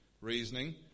reasoning